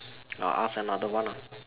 I'll ask another one ah